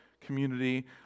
community